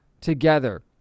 together